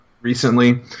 recently